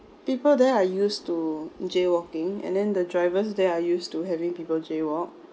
people there are used to jaywalking and then the drivers there are used to having people jaywalk